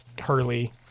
Hurley